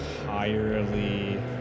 entirely